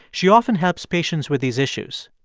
she often helps patients with these issues.